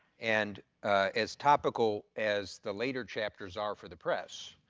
and as topical as the later chapters are for the press,